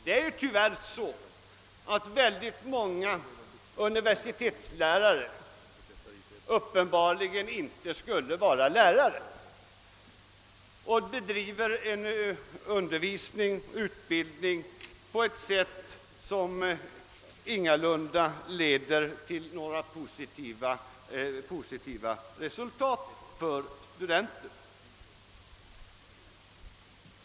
Det är tyvärr så att många universitetslärare uppenbarligen inte borde vara lärare. Sådana lärare bedriver en undervisning som ingalunda leder till positiva resultat för studenten.